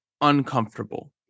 uncomfortable